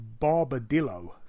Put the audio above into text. Barbadillo